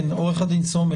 כן, עורך הדין סומך?